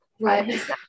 Right